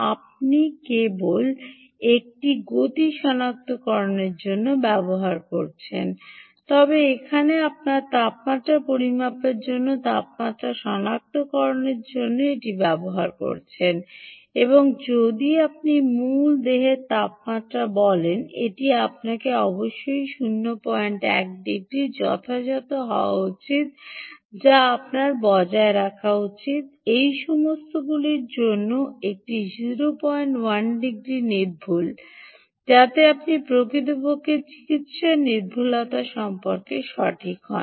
আপনি এটি কেবল গতি সনাক্তকরণের জন্য ব্যবহার করছেন তবে এখানে আপনার তাপমাত্রা পরিমাপের জন্য তাপমাত্রা সনাক্তকরণের জন্য এটি ব্যবহার করছেন এবং যদি আপনি মূল দেহের তাপমাত্রা বলেন এটি অবশ্যই 01 ডিগ্রি যথাযথ হওয়া উচিত যা আপনার বজায় রাখা উচিত এই সমস্তগুলির জন্য একটি 01 ডিগ্রি নির্ভুলতা রাখা উচিত যাতে আপনি প্রকৃতপক্ষে চিকিত্সার নির্ভুলতা সম্পর্কে সঠিক হন